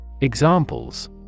Examples